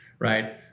Right